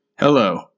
Hello